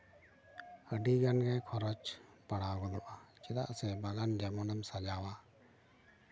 ᱟᱹᱰᱤᱜᱟᱱ ᱜᱮ ᱠᱷᱚᱨᱚᱪ ᱯᱟᱲᱟᱣ ᱜᱚᱫᱚᱜᱼᱟ ᱪᱮᱫᱟᱜ ᱥᱮ ᱵᱟᱜᱟᱱ ᱡᱮᱢᱚᱱᱮᱢ ᱥᱟᱡᱟᱣᱟ